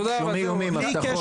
בלי קשר -- שום איומים הבטחות,